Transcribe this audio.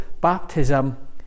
baptism